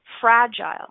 fragile